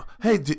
Hey